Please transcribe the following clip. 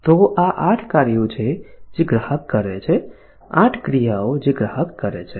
તો આ આ 8 કાર્યો છે જે ગ્રાહક કરે છે 8 ક્રિયાઓ જે ગ્રાહક કરે છે